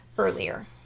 earlier